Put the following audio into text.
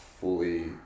fully